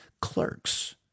Clerks